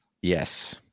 yes